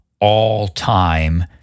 all-time